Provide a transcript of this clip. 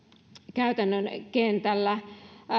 käytännön kentällä